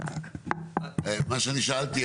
שאני שאלתי,